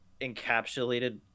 encapsulated